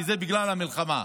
וזה בגלל המלחמה,